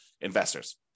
investors